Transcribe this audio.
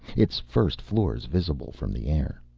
its first floors visible from the air.